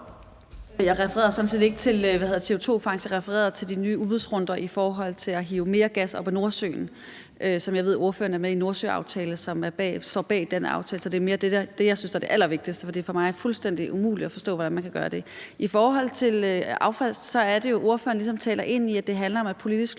Jeg refererede sådan set ikke til CO2-fangst. Jeg refererede til de nye udbudsrunder i forhold til at hive mere gas op af Nordsøen. Jeg ved, at ordføreren er med i Nordsøaftalen og står bag den aftale. Så det er mere det, jeg synes er det allervigtigste. Det er for mig fuldstændig umuligt at forstå, hvordan man kan gøre det. I forhold til affaldsaftalen er det jo sådan, at ordføreren ligesom taler ind i, at det handler om, at politisk